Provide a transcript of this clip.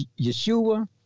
Yeshua